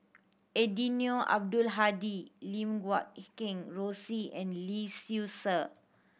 Eddino Abdul Hadi Lim Guat Kheng Rosie and Lee Seow Ser